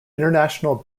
international